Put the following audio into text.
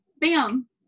Bam